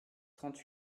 trente